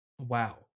wow